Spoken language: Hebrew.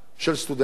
של סטודנטים,